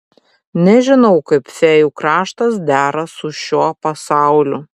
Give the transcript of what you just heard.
nežinau kaip fėjų kraštas dera su šiuo pasauliu